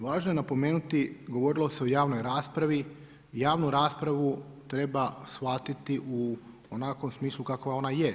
Važno je napomenuti govorilo se o javnoj raspravi, javnu raspravu treba shvatiti u onakvom smislu kakva ona je.